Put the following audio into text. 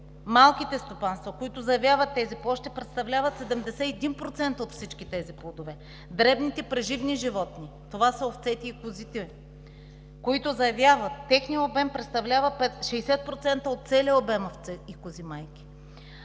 малките стопанства, които заявяват тези площи, представляват 71% от всички тези плодове. Дребните преживни животни – това са овцете и козите, които заявяват, техният обем представлява 60% от целия обем овце и кози майки.